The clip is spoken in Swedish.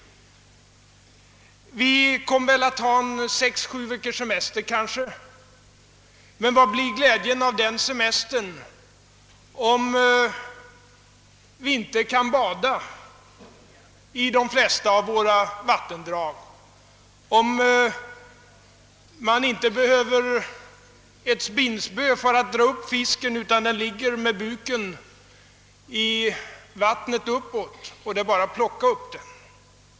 Vi kommer kanske att ta sex—sju veckors semester, men vad blir glädjen av den semestern om vi inte kan bada i de flesta av våra vattendrag, om man inte behöver ett spinnspö för att dra upp fisken utan den ligger i vattnet med buken uppåt, och det bara är att plocka upp den?